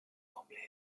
probleme